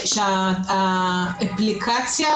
האם יש לכם אפשרות להשאיר את האפליקציה